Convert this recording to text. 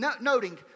Noting